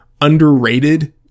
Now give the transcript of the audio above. underrated